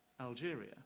Algeria